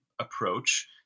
approach